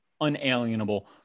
unalienable